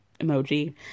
emoji